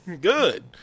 Good